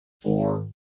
four